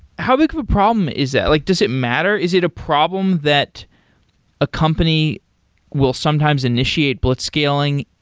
how big of a problem is that? like does it matter? is it a problem that a company will sometimes initiate blitzscaling?